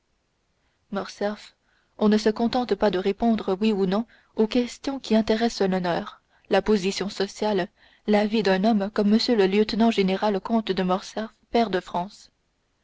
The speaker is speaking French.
on ne se contente pas de répondre oui ou non aux questions qui intéressent l'honneur la position sociale la vie d'un homme comme m le lieutenant général comte de morcerf pair de france